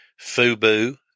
fubu